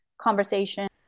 conversation